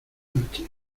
noche